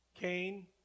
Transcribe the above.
Cain